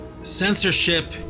censorship